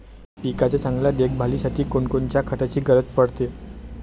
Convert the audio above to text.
पिकाच्या चांगल्या देखभालीसाठी कोनकोनच्या खताची गरज पडते?